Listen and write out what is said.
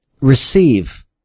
receive